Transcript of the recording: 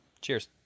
Cheers